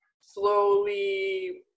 slowly